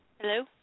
Hello